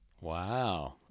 wow